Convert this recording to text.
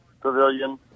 Pavilion